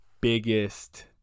biggest